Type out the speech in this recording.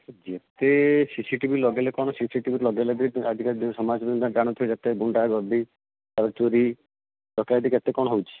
ଯେତେ CC TV ଲଗାଇଲେ କ'ଣ ସିସି ଟିଭି ଲଗାଇଲେ ବି ଆଜି କାଲି ସମାଜରେ ଯେତେ ଗୁଣ୍ଡା ଗର୍ଦୀ ଆଉ ଚୋରି ଡକାୟତି କେତେ କ'ଣ ହେଉଛି